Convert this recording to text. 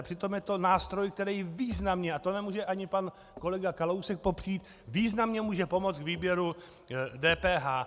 Přitom je to nástroj, který významně, a to nemůže ani pan kolega Kalousek popřít, významně může pomoci k výběru DPH.